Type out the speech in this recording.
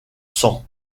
sans